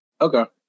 Okay